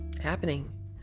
happening